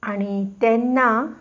आनी तेन्ना